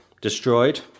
destroyed